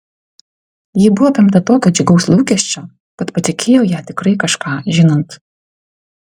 ji buvo apimta tokio džiugaus lūkesčio kad patikėjau ją tikrai kažką žinant